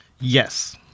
Yes